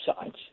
sides